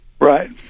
Right